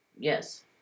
Yes